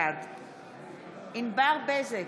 בעד ענבר בזק,